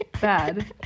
bad